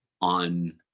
on